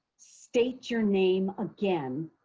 state your name again,